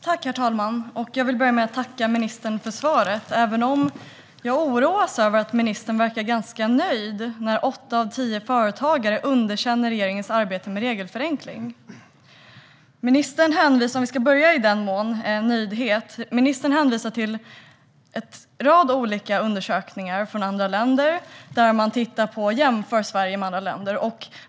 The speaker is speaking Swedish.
Herr talman! Jag vill börja med att tacka ministern för svaret, även om jag oroas av att ministern verkar nöjd när åtta av tio företagare underkänner regeringens arbete för regelförenkling. Jag börjar med frågan om nöjdhet. Ministern hänvisar till en rad olika undersökningar från andra länder, där jämförelser har gjorts med Sverige.